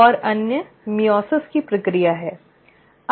और अन्य मइओसिस की प्रक्रिया है